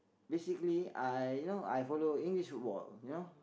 basically I you know I follow English football you know